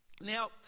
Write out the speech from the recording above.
now